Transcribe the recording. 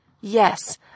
Yes